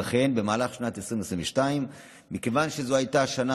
למבוטחיהן במהלך שנת 2022. מכיוון שזו הייתה השנה